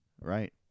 Right